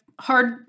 hard